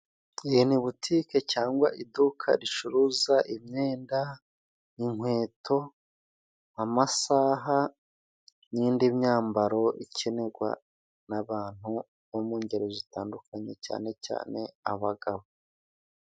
Iyi ni butike cyangwa iduka ricuruza imyenda, inkweto, amasaha n'indi myambaro ikenerwa n'abantu bo mu ngeri zitandukanye cyane cyane abagabo.